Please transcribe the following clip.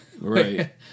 right